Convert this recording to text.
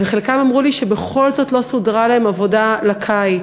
וחלקם אמרו לי שבכל זאת לא סודרה להם עבודה לקיץ.